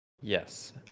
Yes